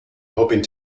hoping